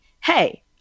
hey